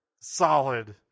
solid